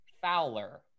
Fowler